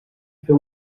fer